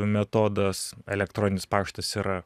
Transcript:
metodas elektroninis paštas yra